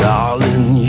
Darling